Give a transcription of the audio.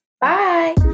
Bye